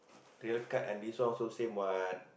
the other card and this one also same what